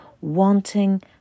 wanting